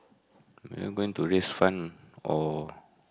are you going to raise fund or